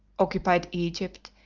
occupied egypt,